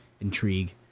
intrigue